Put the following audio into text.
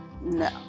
No